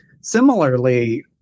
Similarly